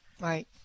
right